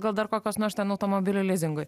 gal dar kokios nors ten automobilio lizingui